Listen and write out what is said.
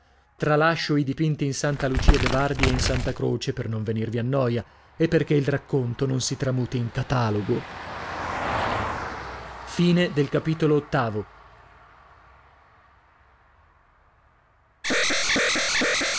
tralascio i dipinti in santa lucia de bardi e in santa croce per non venirvi a noia e perchè il racconto non si tramuti in catalogo i